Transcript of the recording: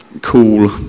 cool